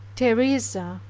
teresa,